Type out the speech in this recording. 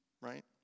right